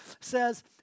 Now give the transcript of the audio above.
says